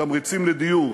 תמריצים לדיור,